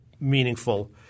meaningful –